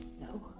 No